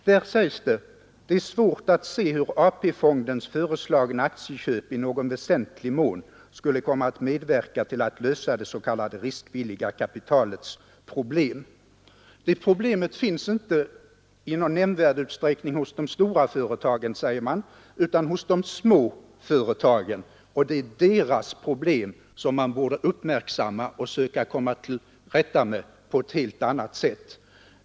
Där sägs det: ”Det är svårt att se hur AP-fondens föreslagna aktieköp i någon väsentlig mån skulle komma att medverka till att lösa det s.k. riskvilliga kapitalets problem.” Det problemet finns inte i någon nämnvärd utsträckning hos de stora företagen, säger man, utan hos de små företagen, och det är deras problem man borde uppmärksamma och försöka komma till rätta med på ett helt annat sätt.